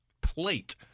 plate